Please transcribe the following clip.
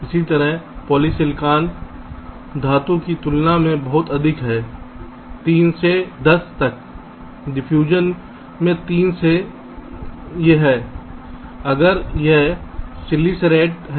इसी तरह पॉलीसिलिकॉन धातु की तुलना में बहुत अधिक है 3 से 10 तक डिफ्यूजन में 3 से है अगर यह सिल्लीसेरेड है